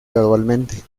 gradualmente